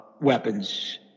weapons